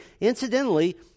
Incidentally